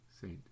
Saint